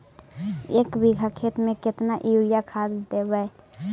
एक बिघा खेत में केतना युरिया खाद देवै?